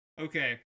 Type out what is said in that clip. Okay